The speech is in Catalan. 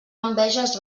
enveges